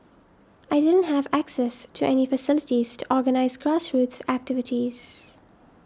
I didn't have access to any facilities to organise grassroots activities